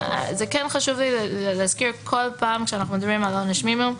כן חשוב לי להזכיר בכל פעם כשאנחנו מדברים על עונש מינימום,